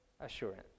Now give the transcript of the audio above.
assurance